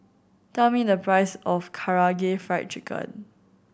tell me the price of Karaage Fried Chicken